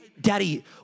daddy